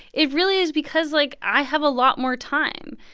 it really is because, like, i have a lot more time.